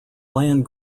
land